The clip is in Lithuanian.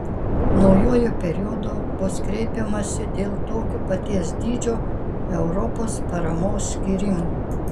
naujuoju periodu bus kreipiamasi dėl tokio paties dydžio europos paramos skyrimo